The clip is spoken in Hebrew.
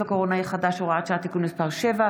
הקורונה החדש) (הוראת שעה) (תיקון מס' 7),